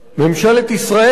ממשלת ישראל,